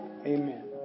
Amen